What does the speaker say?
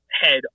head